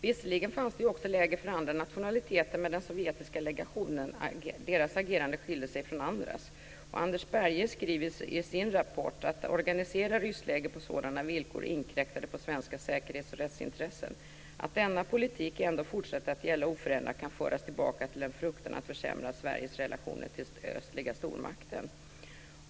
Visserligen fanns det också läger för andra nationaliteter men den sovjetiska legationens agerande skilde sig från andras. Anders Berge skriver i sin rapport: "Att organisera ryssläger på sådana villkor inkräktade på svenska säkerhets och rättsintressen. Att denna politik ändå fortsatte att gälla oförändrad kan föras tillbaka till en fruktan att försämra Sveriges relationer till den östliga stormakten."